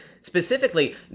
Specifically